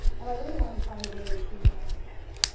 and i really wanted to find a way to amplify it.